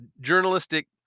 journalistic